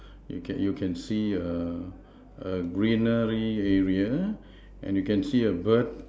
you can you can see a greenery area and you can see a bird